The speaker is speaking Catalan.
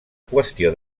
qüestió